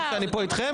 רע לכם שאני פה אתכם?